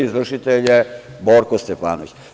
Izvršitelj je Borko Stefanović.